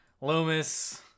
Loomis